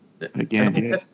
again